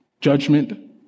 judgment